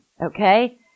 okay